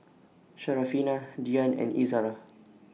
Syarafina Dian and Izara